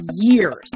years